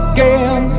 Again